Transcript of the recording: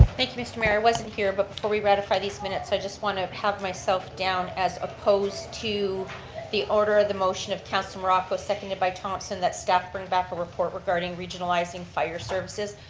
thank you mr. mayor, i wasn't here, but before we ratify these minutes i just want to have myself down as opposed to the order of the motion of councillor morocco seconded by thomson that staff bring back a report regarding regionalizing fire services.